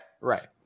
Right